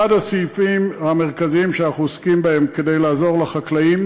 אחד הסעיפים המרכזיים שאנחנו עוסקים בהם כדי לעזור לחקלאים